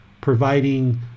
providing